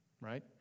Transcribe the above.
Right